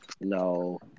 No